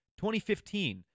2015